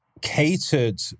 catered